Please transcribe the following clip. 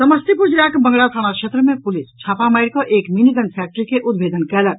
समस्तीपुर जिलाक बंगरा थाना क्षेत्र मे पुलिस छापा मारिकऽ एक मिनीगन फैक्ट्री के उद्भेदन कयलक